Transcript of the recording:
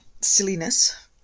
silliness